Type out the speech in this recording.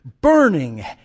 burning